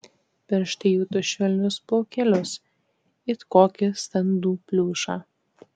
pirštai juto švelnius plaukelius it kokį standų pliušą